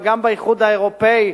גם באיחוד האירופי,